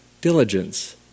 diligence